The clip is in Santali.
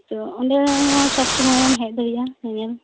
ᱛᱚ ᱚᱸᱰᱮ ᱦᱚᱸ ᱥᱚᱵᱽᱼᱥᱚᱢᱚᱭᱮᱢ ᱦᱮᱡ ᱫᱟᱲᱮᱭᱟᱜ ᱧᱮᱧᱮᱞ